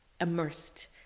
immersed